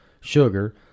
sugar